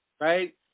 right